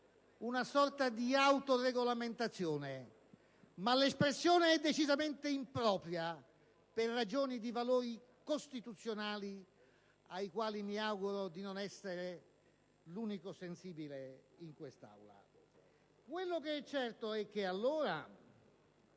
una sorta di autoregolamentazione, ma l'espressione è decisamente impropria per ragioni di valori costituzionali, ai quali mi auguro di non essere l'unico sensibile in quest'Aula. Quello che è certo è che allora